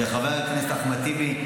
וחבר הכנסת אחמד טיבי,